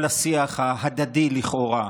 כל השיח ההדדי לכאורה,